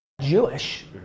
Jewish